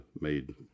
made